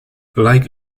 like